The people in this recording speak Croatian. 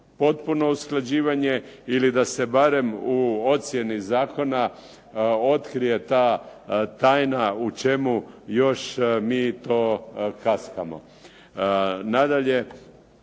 potpuno usklađivanje ili da se barem u ocjeni zakona otkrije ta tajna u čemu još mi to kaskamo. Nadalje,